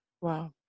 Wow